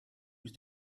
with